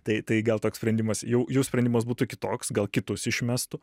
tai tai gal toks sprendimas jau jų sprendimas būtų kitoks gal kitus išmestų